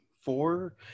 four